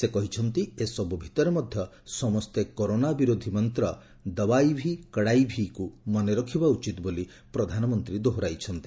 ସେ କହିଛନ୍ତି ଏସବୁ ଭିତରେ ମଧ୍ୟ ସମସ୍ତେ କରୋନା ବିରୋଧୀ ମନ୍ତ 'ଦବାଇ ଭି କଡ଼ାଇ ଭି'କୁ ମନେ ରଖିବା ଉଚିତ ବୋଲି ପ୍ରଧାନମନ୍ତ୍ରୀ ଦୋହରାଇଛନ୍ତି